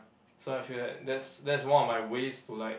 so I feel that that's that's one of my ways to like